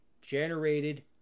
generated